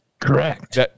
Correct